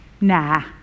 nah